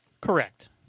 Correct